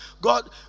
God